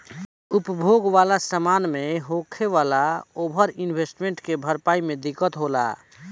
उपभोग वाला समान मे होखे वाला ओवर इन्वेस्टमेंट के भरपाई मे दिक्कत होला